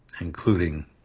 including